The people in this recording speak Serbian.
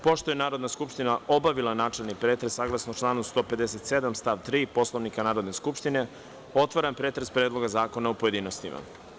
Pošto je Narodna skupština obavila načelni pretres, saglasno članu 157. stav 3. Poslovnika Narodne skupštine, otvaram pretres Predlog zakona u pojedinostima.